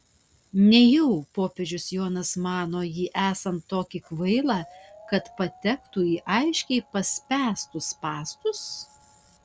nejau popiežius jonas mano jį esant tokį kvailą kad patektų į aiškiai paspęstus spąstus